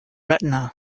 retina